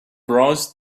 browsed